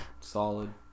Solid